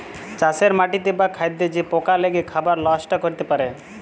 চাষের মাটিতে বা খাদ্যে যে পকা লেগে খাবার লষ্ট ক্যরতে পারে